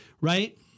right